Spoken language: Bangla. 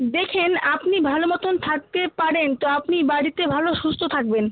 দেখেন আপনি ভালো মতন থাকতে পারেন তো আপনি বাড়িতে ভালো সুস্থ থাকবেন